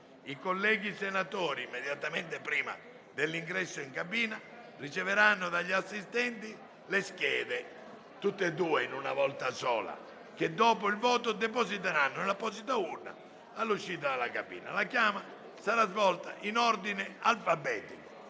I colleghi senatori, immediatamente prima dell'ingresso in cabina, riceveranno dagli assistenti entrambe le schede, che dopo il voto depositeranno nell'apposita urna, all'uscita della cabina. La chiama sarà svolta in ordine alfabetico.